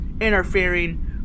interfering